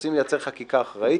וכשרוצים לייצר חקיקה אחראית,